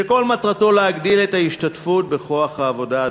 שכל מטרתו להגדיל את ההשתתפות בכוח העבודה,